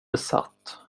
besatt